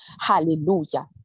Hallelujah